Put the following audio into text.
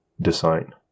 design